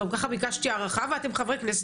גם ככה ביקשתי הארכה ואתם חברי כנסת,